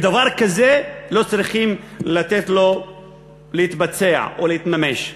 ודבר כזה לא צריכים לתת לו להתבצע או להתממש.